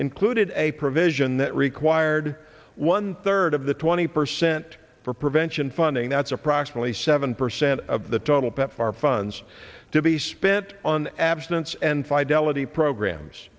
included a provision that required one third of the twenty percent for prevention funding that's approximately seven percent of the tunnel pepfar funds to be spent on abstinence and fidelity programs